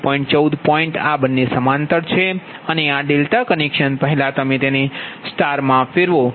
14 point આ બંને સમાંતર છે અને આ ડેલ્ટા કનેક્શન પહેલા તમે તેને સ્ટારમાં ફેરવો